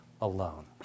alone